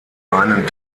einen